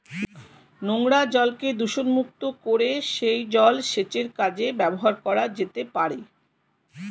নোংরা জলকে দূষণমুক্ত করে সেই জল সেচের কাজে ব্যবহার করা যেতে পারে